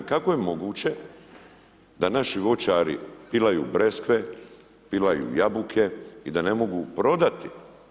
Kako je moguće, da naši voćari pilaju breskve, pilaju jabuke i da ne mogu prodati.